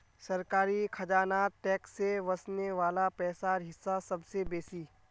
सरकारी खजानात टैक्स से वस्ने वला पैसार हिस्सा सबसे बेसि